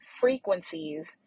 frequencies